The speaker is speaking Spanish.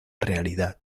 realidad